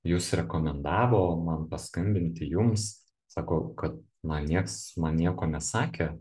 jus rekomendavo man paskambinti jums sako kad na nieks man nieko nesakė